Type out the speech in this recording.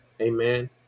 amen